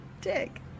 dick